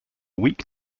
weak